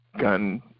gun